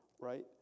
right